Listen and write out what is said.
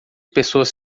pessoas